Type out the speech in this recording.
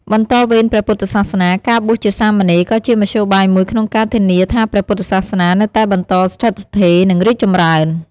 បន្តវេនព្រះពុទ្ធសាសនា ការបួសជាសាមណេរក៏ជាមធ្យោបាយមួយក្នុងការធានាថាព្រះពុទ្ធសាសនានៅតែបន្តស្ថិតស្ថេរ និងរីកចម្រើន។